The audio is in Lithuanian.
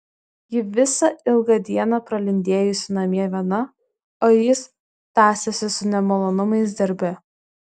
ji visą ilgą dieną pralindėjusi namie viena o jis tąsęsis su nemalonumais darbe